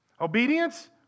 Obedience